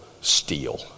steal